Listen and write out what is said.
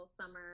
summer